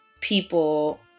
people